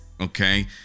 Okay